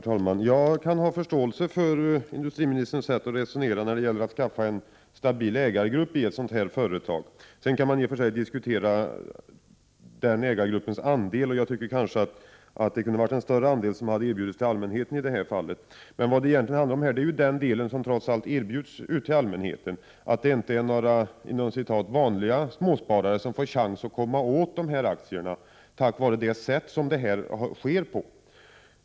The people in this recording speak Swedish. Herr talman! Jag kan ha förståelse för industriministerns sätt att resonera när det gäller att skaffa en stabil ägargrupp i ett sådant här företag. Sedan kan man i och för sig diskutera den ägargruppens andel. Jag tycker att en större andel kunde ha erbjudits allmänheten i detta fall. Det handlar alltså om den del som erbjuds allmänheten, och det är inte några ”vanliga” småsparare som får chans att komma åt dessa aktier, på grund av det sätt som emissionen sker på.